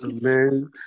Man